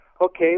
Okay